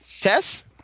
Tess